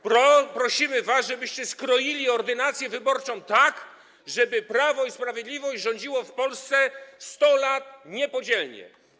Prosimy was, żebyście skroili ordynację wyborczą tak, żeby Prawo i Sprawiedliwość rządziło w Polsce 100 lat niepodzielnie.